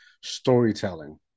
storytelling